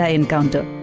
encounter